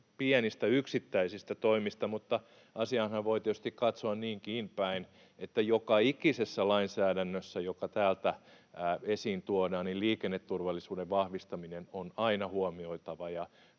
pienistä yksittäisistä toimista. Mutta asiaahan voi tietysti katsoa niinkin päin, että joka ikisessä lainsäädännössä, joka täältä esiin tuodaan, liikenneturvallisuuden vahvistaminen on aina huomioitava